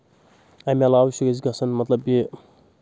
اَمہِ علاوٕ چھُ گژھِ گژھن مطلب یہِ